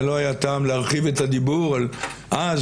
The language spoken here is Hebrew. ולא היה טעם להרחיב את הדיבור אז על